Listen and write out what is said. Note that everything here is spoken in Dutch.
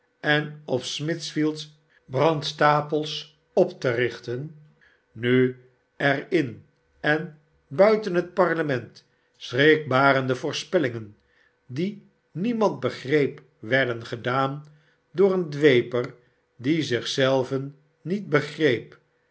en op smithfield brandstapels op te richten nu er in en buiten het parlement schrikbarende voorspellingen die niemand begreep werden gedaan door een dweeper die zich zelven niet begreep